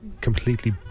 completely